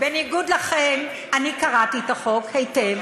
בניגוד לכם, אני קראתי את החוק היטב,